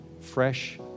Fresh